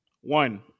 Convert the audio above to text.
one